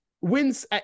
wins